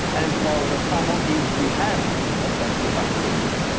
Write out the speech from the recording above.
and for and some of these we have effective vaccines.